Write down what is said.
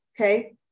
Okay